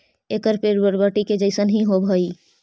एकर पेड़ बरबटी के जईसन हीं होब हई